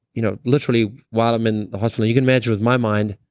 you know literally, while i'm in the hospital, you can imagine with my mind,